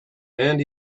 and